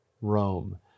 Rome